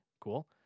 Cool